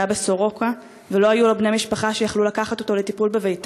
הוא היה ב"סורוקה" ולא היו לו בני משפחה שיכלו לקחת אותו לטיפול בביתם.